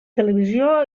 televisió